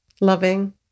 Loving